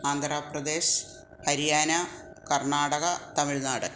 Andhra Pradesh Haryana Karnataka Tamil Nadu